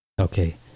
Okay